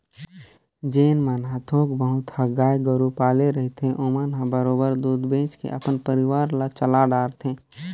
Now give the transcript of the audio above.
जेन मन ह थोक बहुत ह गाय गोरु पाले रहिथे ओमन ह बरोबर दूद बेंच के अपन परवार ल चला डरथे